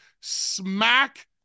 smack